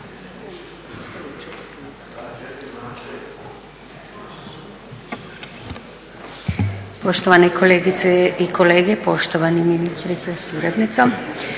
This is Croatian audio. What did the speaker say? Poštovane kolegice i kolege, poštovani ministre sa suradnicom,